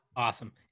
Awesome